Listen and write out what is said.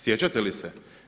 Sjećate li se?